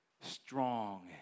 strong